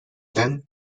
then